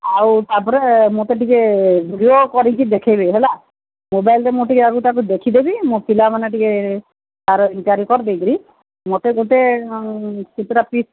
ଆଉ ତାପରେ ମତେ ଟିକେ ଭିଡିଓ କରିକି ଦେଖାଇବେ ହେଲା ମୋବାଇଲ୍ରେ ମୁଁ ଟିକେ ଆଗ ତାକୁ ଦେଖିଦେବି ମୋ ପିଲାମାନେ ଟିକେ ତାର ଇନକ୍ଵାରି କରିଦେଇକିରି ମୋତେ ଗୋଟେ କେତେଟା ପିସ୍